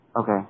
Okay